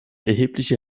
erhebliche